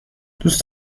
دوست